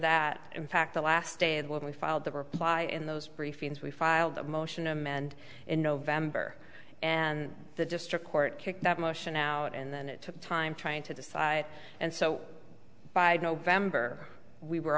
that in fact the last day and when we filed the reply in those briefings we filed a motion amend in november and the district court kicked that motion out and then it took time trying to decide and so by november we were